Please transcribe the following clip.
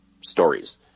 stories